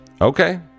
Okay